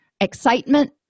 excitement